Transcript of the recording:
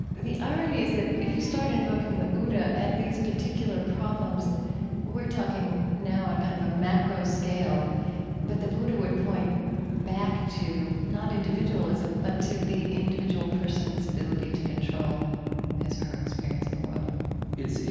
the irony is that if you start invoking the buddha at these particular problems we're talking now on kind of a macro scale but the buddha would point back to, not individualism, but to the individual person's ability to control his or her experience of the world it's,